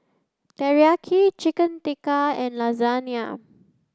Teriyaki Chicken Tikka and Lasagna